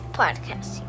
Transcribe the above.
podcast